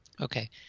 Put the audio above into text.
Okay